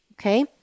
Okay